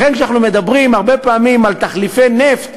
לכן, כשאנחנו מדברים הרבה פעמים על תחליפי נפט,